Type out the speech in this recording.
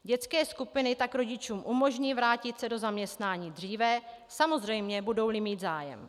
Dětské skupiny tak rodičům umožní vrátit se do zaměstnání dříve, samozřejmě budouli mít zájem.